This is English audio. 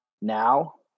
now